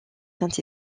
saint